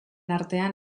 artean